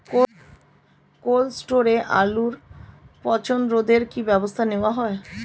Cold স্টোরে আলুর পচন রোধে কি ব্যবস্থা নেওয়া হয়?